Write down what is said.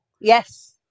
Yes